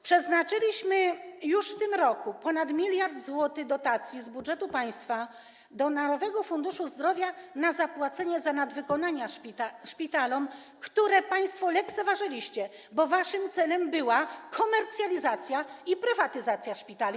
Przeznaczyliśmy już w tym roku ponad 1 mld dotacji z budżetu państwa do Narodowego Funduszu Zdrowia na zapłacenie za nadwykonania szpitalom, które państwo lekceważyliście, bo waszym celem była komercjalizacja i prywatyzacja szpitali.